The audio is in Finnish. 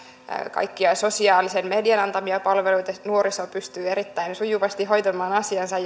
kaikkia sosiaalisen median antamia palveluita esimerkiksi nuoriso pystyy erittäin sujuvasti hoitamaan asiansa